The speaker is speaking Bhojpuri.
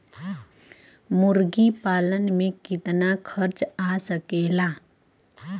मुर्गी पालन में कितना खर्च आ सकेला?